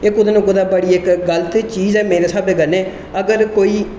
एह् कुतै ना कुतै इक बड़ी गल्त चीज ऐ मेरे स्हाब कन्नै अगर कोई